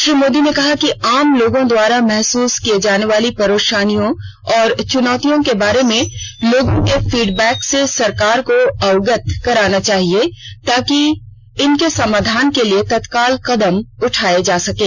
श्री मोदी ने कहा कि आम लोगों द्वारा महसुस की जाने वाली परेशानियों और चनौतियों के बारे में लोगों के फीडबैक से सरकार को अवगत कराना चाहिए ताकि इनके समाधान के लिए तत्काल कदम उठाये जा सकें